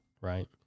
Right